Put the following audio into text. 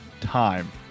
time